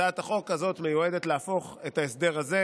הצעת החוק הזאת מיועדת להפוך את ההסדר הזה